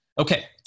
Okay